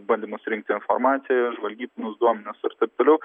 bandymą surinkti informaciją ir žvalgybinius duomenis ir taip toliau